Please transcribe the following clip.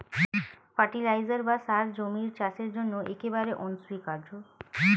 fertiliser বা সার জমির চাষের জন্য একেবারে অনস্বীকার্য